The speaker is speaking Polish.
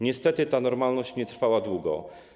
Niestety ta normalność nie trwała długo.